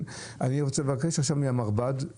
אני רוצה לבקש עכשיו מן המרב"ד.